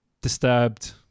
disturbed